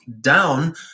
down